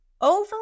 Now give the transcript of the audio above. Over